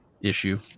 issue